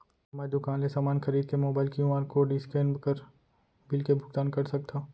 का मैं दुकान ले समान खरीद के मोबाइल क्यू.आर कोड स्कैन कर बिल के भुगतान कर सकथव?